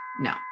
No